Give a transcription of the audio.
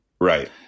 Right